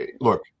look